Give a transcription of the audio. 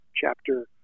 chapter